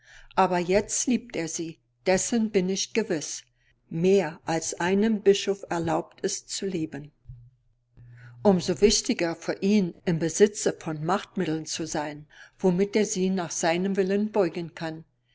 aber jetzt liebt er sie dessen bin ich gewiß mehr als einem bischof erlaubt ist zu lieben um so wichtiger für ihn im besitze von machtmitteln zu sein womit er sie nach seinem willen beugen kann